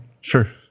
Sure